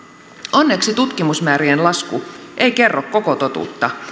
onneksi tutkimusmäärien lasku ei kerro koko totuutta